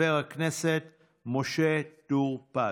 חבר הכנסת משה טור פז.